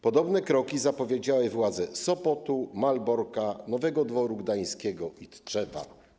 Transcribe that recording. Podobne kroki zapowiedziały władze Sopotu, Malborka, Nowego Dworu Gdańskiego i Tczewa.